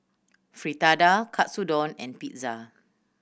Fritada Katsudon and Pizza